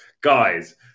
guys